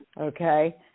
okay